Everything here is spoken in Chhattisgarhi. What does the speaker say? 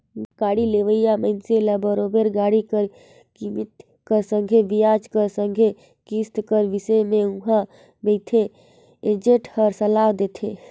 गाड़ी लेहोइया मइनसे ल बरोबेर गाड़ी कर कीमेत कर संघे बियाज कर संघे किस्त कर बिसे में उहां बइथे एजेंट हर सलाव देथे